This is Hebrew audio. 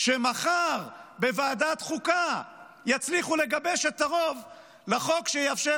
שמחר בוועדת חוקה יצליחו לגבש את הרוב לחוק שיאפשר